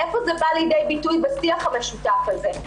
איפה זה בא לידי ביטוי בשיח המשותף הזה?